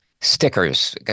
stickers